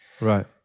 right